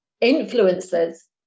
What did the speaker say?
Influences